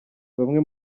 bamwe